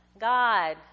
God